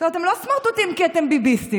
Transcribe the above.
אתם לא סמרטוטים כי אתם ביביסטים.